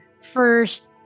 first